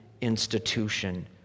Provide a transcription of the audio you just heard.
institution